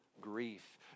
grief